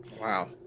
Wow